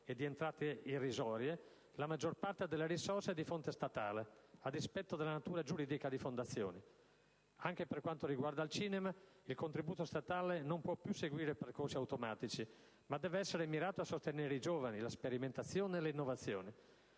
e di entrate irrisorie, la maggior parte delle risorse è di fonte statale, a dispetto della natura giuridica delle fondazioni. Anche per quanto riguarda il cinema, il contributo statale non può più seguire i percorsi automatici, ma deve essere mirato a sostenere i giovani, la sperimentazione e l'innovazione.